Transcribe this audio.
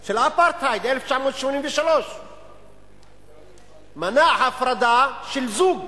של האפרטהייד, 1983. מנע הפרדה של זוג